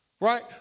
right